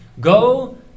go